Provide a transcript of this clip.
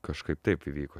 kažkaip taip įvyko